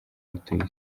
abatuye